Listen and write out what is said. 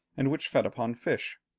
and which fed upon fish.